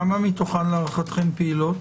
כמה מתוכן להערכתכם פעילות?